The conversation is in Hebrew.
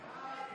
סעיף